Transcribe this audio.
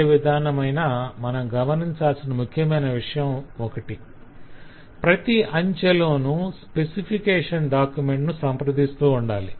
ఏ విధానమైన మనం గమనించాల్సిన ముఖ్యమైన విషయం ప్రతి అంచెలోనూ స్పెసిఫికేషన్ డాక్యుమెంట్ ను సంప్రదిస్తూ ఉండాలి